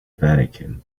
vatican